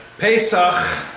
Pesach